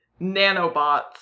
nanobots